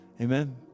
Amen